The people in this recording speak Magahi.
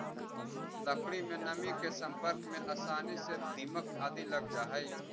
लकड़ी में नमी के सम्पर्क में आसानी से दीमक आदि लग जा हइ